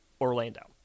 Orlando